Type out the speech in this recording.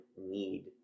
need